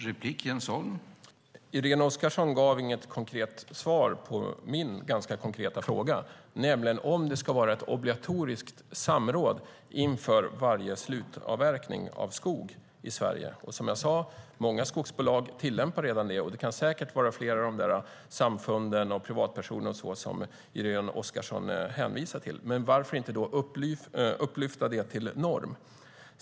Herr talman! Irene Oskarsson gav inget konkret svar på min ganska konkreta fråga, nämligen om det ska vara ett obligatoriskt samråd inför varje slutavverkning av skog i Sverige. Som jag sade tillämpar många skogsbolag redan detta tillvägagångssätt, och det kan säkert vara flera av de där samfunden och privatpersonerna som Irene Oskarsson hänvisar till som också gör det. Men varför då inte lyfta upp det till norm?